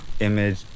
image